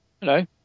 Hello